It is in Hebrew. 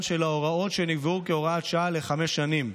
של ההוראות שנקבעו כהוראת שעה לחמש שנים.